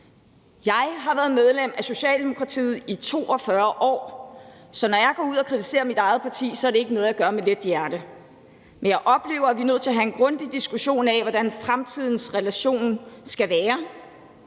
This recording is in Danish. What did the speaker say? Jeg har været medlem af Socialdemokratiet i 42 år, så når jeg går ud og kritiserer mit eget parti, er det ikke noget, jeg gør med let hjerte, men jeg oplever, at vi er nødt til at have en grundig diskussion af, hvordan fremtidens relation skal være,